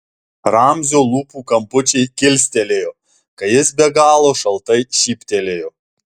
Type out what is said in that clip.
ramzio lūpų kampučiai kilstelėjo kai jis be galo šaltai šyptelėjo